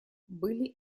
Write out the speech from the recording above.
были